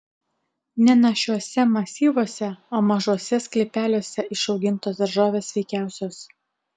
ne našiuose masyvuose o mažuose sklypeliuose išaugintos daržovės sveikiausios